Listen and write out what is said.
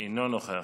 אינו נוכח.